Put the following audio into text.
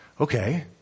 Okay